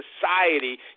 society